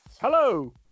Hello